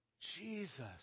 Jesus